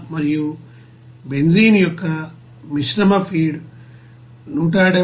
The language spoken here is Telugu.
మరియు బెంజీన్ యొక్క మిశ్రమ ఫీడ్ 178